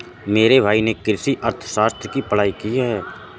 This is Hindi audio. मेरे भाई ने कृषि अर्थशास्त्र की पढ़ाई की है